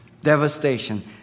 Devastation